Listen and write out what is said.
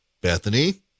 Bethany